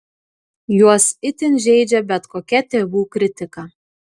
juos itin žeidžia bet kokia tėvų kritika